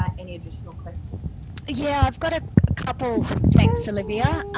ah any additional question yeah i've got a couple thanks olivia